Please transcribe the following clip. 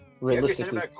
realistically